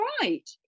Right